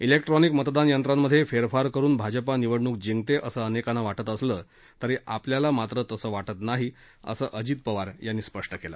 electronic मतदान यंत्रां मध्ये फेरफार करून भाजपा निवडणूक जिंकते असं अनेकांना वाटत असलं तरी आपल्याला मात्रं तसं वाटत नाही असं पवार यांनी स्पष्ट केलं